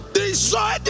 destroy